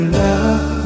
love